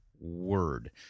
Word